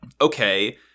okay